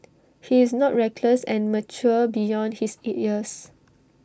he is not reckless and mature beyond his years